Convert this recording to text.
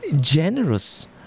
generous